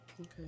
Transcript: Okay